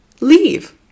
leave